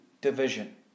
division